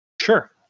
Sure